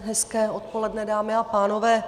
Hezké odpoledne, dámy a pánové.